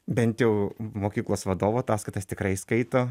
bent jau mokyklos vadovų ataskaitas tikrai skaito